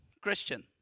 Christian